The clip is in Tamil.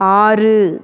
ஆறு